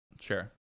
Sure